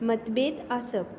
मतभेद आसप